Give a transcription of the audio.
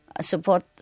support